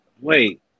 wait